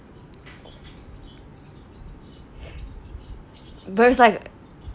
but it's like